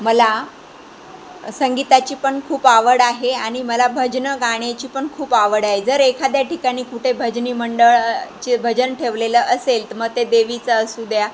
मला संगीताची पण खूप आवड आहे आणि मला भजनं गाण्याची पण खूप आवड आहे जर एखाद्या ठिकाणी कुठे भजनी मंडळाचे भजन ठेवलेलं असेल त मग ते देवीचं असू द्या